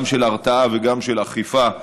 גם של הרתעה וגם של אכיפה,